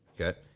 okay